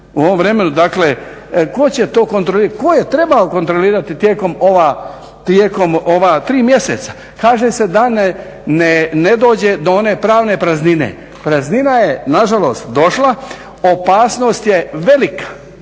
u ovom vremenu dakle, tko će to kontrolirati, tko je trebao kontrolirati tijekom ova 3 mjeseca. Kaže se da ne dođe do one pravne praznine. Praznina je nažalost došla, opasnost je velika.